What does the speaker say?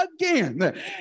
again